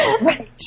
Right